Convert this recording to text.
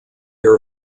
are